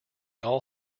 all